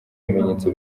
ibimenyetso